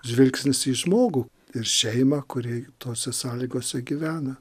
žvilgsnis į žmogų ir šeimą kuri tose sąlygose gyvena